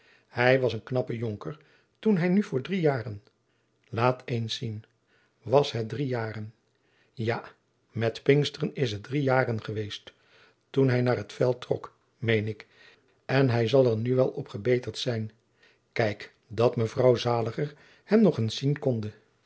hij was een knappe jonker toen hij nu voor drie jaren laat eens zien was het drie jaren ja met pinkster is het drie jaren geweest toen hij naar het veld trok meen ik en hij zal er nu wel op gebeterd zijn kijk dat mevrouw zaliger hem nog eens zien konde